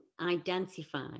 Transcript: identify